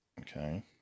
Okay